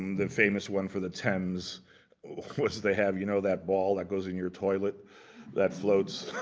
the famous one for the thames was they have, you know that ball that goes in your toilet that floats?